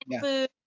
Food